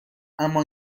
اما